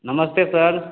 नमस्ते सर